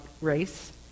race